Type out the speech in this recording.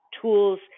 tools